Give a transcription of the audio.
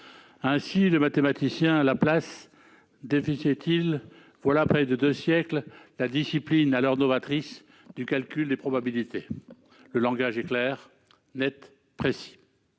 Ainsi le mathématicien Laplace définissait-il, voilà près de deux siècles, la discipline alors novatrice du calcul des probabilités. Le langage est clair, net, précis.